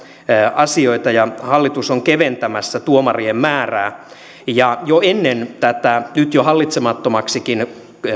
asioita ja hallitus on keventämässä tuomarien määrää jo ennen tätä nyt jo hallitsemattomaksikin